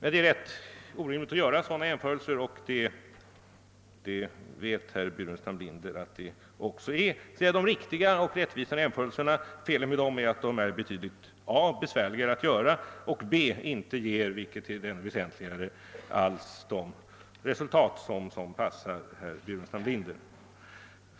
Det är ganska orimligt att göra sådana jämförelser, och det vet herr Burenstam Linder. Felen med de riktiga och rättvisande jämförelserna är för det första att de är betydligt besvärligare att utföra, för det andra att de inte alls — vilket är ännu väsentligare — ger de resultat som passar herr Burenstam Linder.